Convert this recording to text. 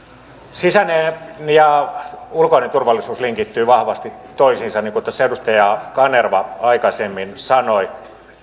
sisäinen ja ulkoinen turvallisuus linkittyvät vahvasti toisiinsa niin kuin tässä edustaja kanerva aikaisemmin sanoi